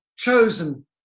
chosen